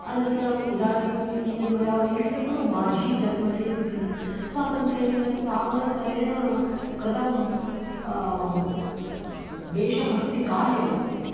अनन्तरम् इदानीं यद् मया उल्लिखितं खलु माझीजन्मठेप् इति स्वातन्त्र्यवीरसावर्करेण कृतं देशभक्तिकार्यं